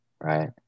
right